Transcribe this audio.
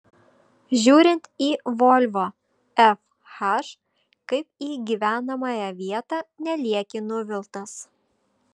žiūrint į volvo fh kaip į gyvenamąją vietą nelieki nuviltas